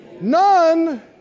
none